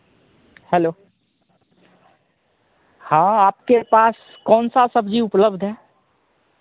hello हाँ आपके पास कौन सा सब्ज़ी उपलब्ध है